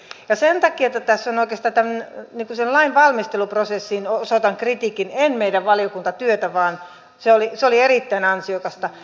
sen takia tässä oikeastaan siihen lainvalmisteluprosessiin osoitan kritiikin en meidän valiokuntatyöhömme se oli erittäin ansiokasta